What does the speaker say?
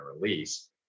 release